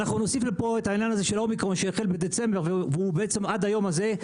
נוסיף לפה את העניין של האומיקרון שהחל בדצמבר והוא עד היום הזה.